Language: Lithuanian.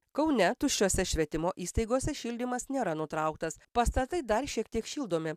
kaune tuščiose švietimo įstaigose šildymas nėra nutrauktas pastatai dar šiek tiek šildomi